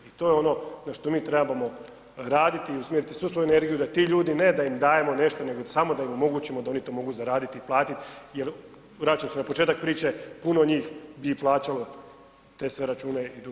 I to je ono na što mi trebamo raditi i usmjeriti svu svoju energiju, da ti ljudi ne da im dajemo nešto nego samo da im omogućimo da oni to mogu zaraditi i platiti jer vraćam se na početak priče, puno njih bi i plaćalo te sve račune i dugovanja da mogu.